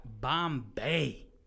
Bombay